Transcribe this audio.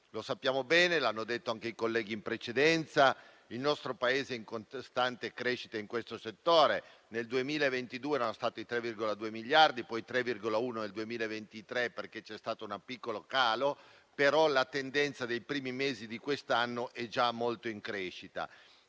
Come sappiamo bene e come hanno detto anche i colleghi in precedenza, il nostro Paese è in costante crescita in questo settore: nel 2022 erano stati realizzati 3,2 miliardi; poi 3,1 miliardi nel 2023, perché c'è stato un piccolo calo, però la tendenza dei primi mesi di quest'anno è già molto in crescita.